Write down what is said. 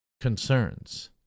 concerns